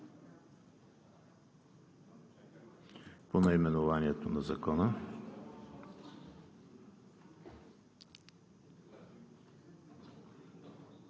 по наименованието на Закона.